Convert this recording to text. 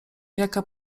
jaka